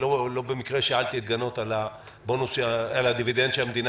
לא במקרה שאלתי את גנות על הדיווידנד שהמדינה